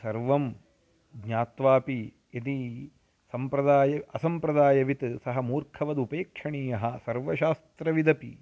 सर्वं ज्ञात्वापि यदि सम्प्रदायः असम्प्रदायवित् सः मूर्खवदुपेक्षणीयः सर्वशास्त्रविदपि